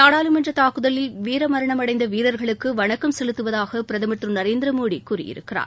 நாடாளுமன்ற தாக்குதலில் வீர மரணம் அடைந்த வீரர்களுக்கு வணக்கம் செலுத்துவதாக பிரதமர் திரு நரேந்திரமோடி கூறியிருக்கிறார்